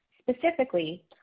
Specifically